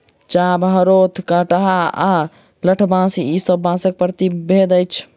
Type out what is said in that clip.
चाभ, हरोथ, कंटहा आ लठबाँस ई सब बाँसक प्रभेद अछि